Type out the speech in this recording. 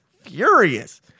furious